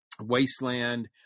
wasteland